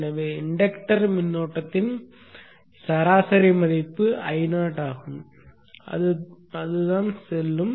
எனவே இன்டக்டர் மின்னோட்டத்தின் சராசரி மதிப்பு Io ஆகும் அதுதான் செல்லும்